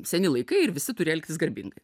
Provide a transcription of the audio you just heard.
seni laikai ir visi turi elgtis garbingai